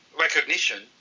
recognition